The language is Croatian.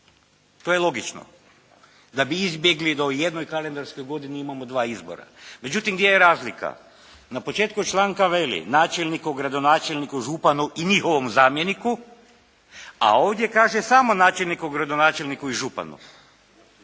To je logično da bi izbjegli da u jednoj kalendarskoj godini imamo dva izbora. Međutim, gdje je razlika? Na početku članka veli: "Načelniku, gradonačelniku, županu i njihovom zamjeniku…", a ovdje kaže samo načelniku, gradonačelniku i županu.